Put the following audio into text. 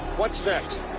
what's next?